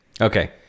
Okay